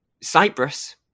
Cyprus